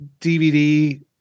DVD